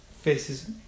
faces